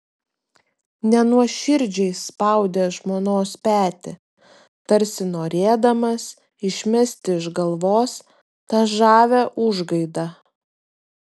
nenuoširdžiai spaudė žmonos petį tarsi norėdamas išmesti iš galvos tą žavią užgaidą